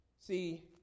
See